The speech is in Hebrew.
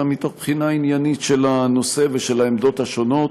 אלא מתוך בחינה עניינית של הנושא ושל העמדות השונות,